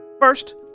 First